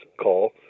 call